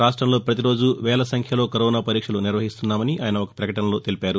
రాష్టంలో ప్రతిరోజు వేల సంఖ్యలో కరోనా పరీక్షలు నిర్వహిస్తున్నామని ఆయన ఒక ప్రకటనలో తెలిపారు